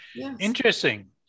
interesting